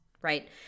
right